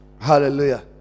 Hallelujah